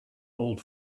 old